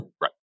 Right